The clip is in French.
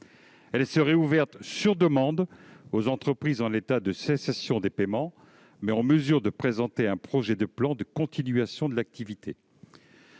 serait ouverte sur demande aux entreprises qui seraient en état de cessation des paiements, mais en mesure de présenter un projet de plan de continuation de l'activité.